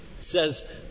says